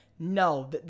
No